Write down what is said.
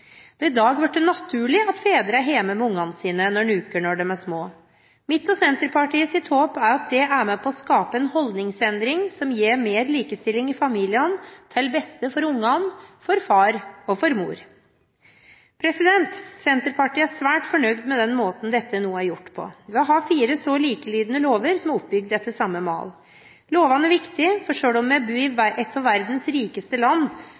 er i dag blitt naturlig at fedre er hjemme med ungene sine noen uker når ungene er små. Mitt og Senterpartiets håp er at det er med på å skape en holdningsendring som gir mer likestilling i familiene – til beste for ungene, for far og for mor. Senterpartiet er svært fornøyd med den måten dette nå er gjort på, ved å ha fire så å si likelydende lover som er oppbygd etter samme mal. Disse lovene er viktige, for selv om vi lever i et av verdens rikeste land,